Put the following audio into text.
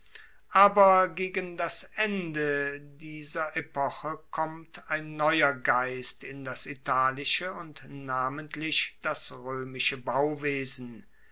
aber gegen das ende dieser epoche kommt ein neuer geist in das italische und namentlich das roemische bauwesen